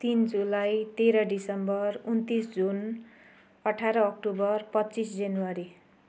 तिन जुलाई तेह्र डिसेम्बर उन्तिस जुन अठार अक्टोबर पच्चिस जनवरी